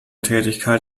tätigkeit